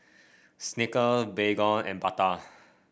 Snicker Baygon and Bata